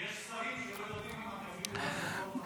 כי יש שרים שלא יודעים אם אנחנו בצפון או בדרום.